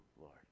Lord